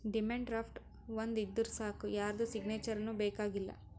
demand draft ಒಂದ್ ಇದ್ದೂರ್ ಸಾಕ್ ಯಾರ್ದು ಸಿಗ್ನೇಚರ್ನೂ ಬೇಕ್ ಆಗಲ್ಲ